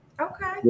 Okay